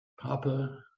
papa